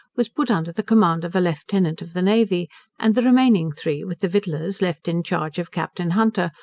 was put under the command of a lieutenant of the navy and the remaining three, with the victuallers, left in charge of captain hunter,